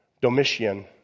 Domitian